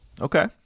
Okay